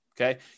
okay